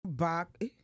back